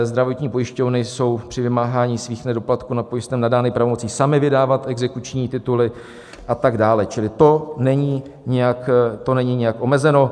Zdravotní pojišťovny jsou při vymáhání svých nedoplatků na pojistném nadány pravomocí samy vydávat exekuční tituly a tak dále čili to není nijak omezeno.